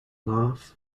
laugh